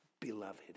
beloved